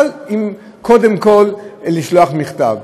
אבל קודם כול לשלוח מכתב.